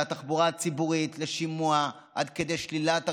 התחבורה הציבורית לשימוע עד כדי שלילת הרישיון.